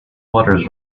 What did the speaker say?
waters